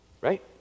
right